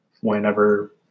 whenever